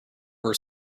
over